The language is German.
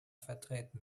vertreten